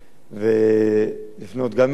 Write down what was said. ולפנות גם אליכם,